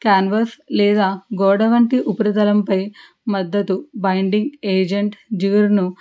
canvas లేదా గోడ లాంటి ఉపరితలంపై మద్దతు బైండింగ్ ఏజెంట్ జిగురును